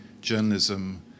journalism